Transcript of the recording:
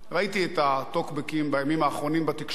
ראיתי את הטוקבקים בימים האחרונים בתקשורת,